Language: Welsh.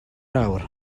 awr